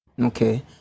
Okay